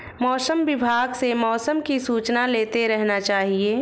मौसम विभाग से मौसम की सूचना लेते रहना चाहिये?